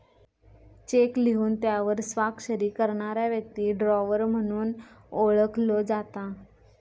check लिहून त्यावर स्वाक्षरी करणारा व्यक्ती ड्रॉवर म्हणून ओळखलो जाता